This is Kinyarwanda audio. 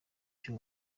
cyuma